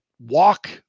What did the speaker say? walk